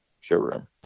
showroom